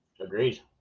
Agreed